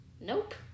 Nope